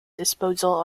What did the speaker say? disposal